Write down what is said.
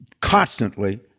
constantly